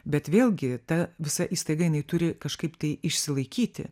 bet vėlgi ta visa įstaiga jinai turi kažkaip kai išsilaikyti